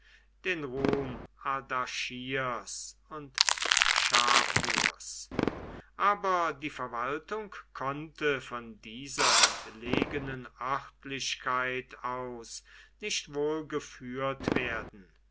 den ruhm ardaschirs und schapurs aber die verwaltung konnte von dieser entlegenen örtlichkeit aus nicht wohl geführt werden